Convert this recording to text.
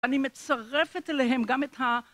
אני מצרפת אליהם גם את